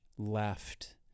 left